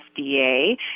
FDA